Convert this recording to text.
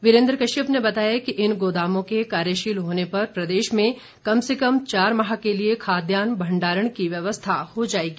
वीरेंद्र कश्यप ने बताया कि इन गोदामों के कार्यशील होने पर प्रदेश में कम से कम चार माह के लिए खाद्यान भंडारण की व्यवस्था हो जाएगी